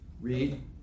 read